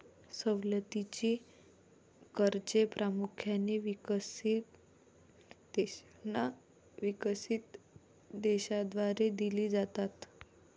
सवलतीची कर्जे प्रामुख्याने विकसनशील देशांना विकसित देशांद्वारे दिली जातात